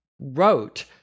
wrote